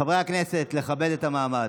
חברי הכנסת, לכבד את המעמד.